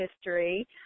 history